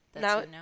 Now